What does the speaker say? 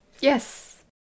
Yes